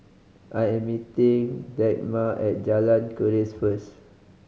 I am meeting Dagmar at Jalan Keris first